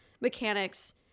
mechanics